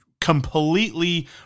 completely